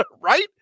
right